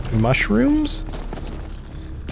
mushrooms